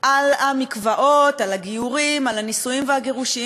על המקוואות, על הגיורים, על הנישואים והגירושים.